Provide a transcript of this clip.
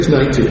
19